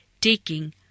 taking